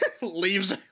leaves